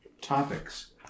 topics